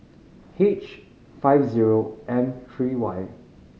H five zero M three Y